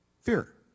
Fear